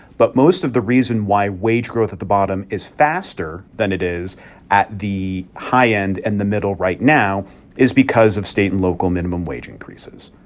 but most of the reason why wage growth at the bottom is faster than it is at the high end and the middle right now is because of state and local minimum wage increases.